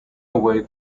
away